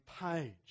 page